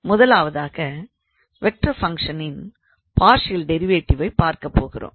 முதலாவதாக வெக்டார் ஃபங்க்ஷனின் பார்ஷியல் டிரைவேட்டிவை பார்க்கப் போகிறோம்